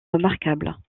remarquables